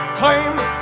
claims